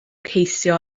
ceisio